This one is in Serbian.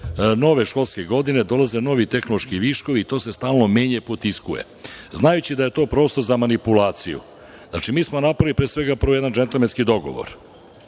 nove školske godine, dolaze novi tehnološki viškovi i to se stalno menja i potiskuje. Znajući da je to prostor za manipulaciju napravili smo pre svega prvo jedan džentlmenski dogovor